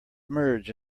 merge